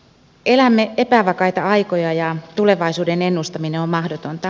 elämme epävakaita aikoja ja tulevaisuuden ennustaminen on mahdotonta